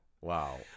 Wow